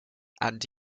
and